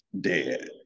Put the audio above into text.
Dead